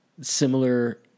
Similar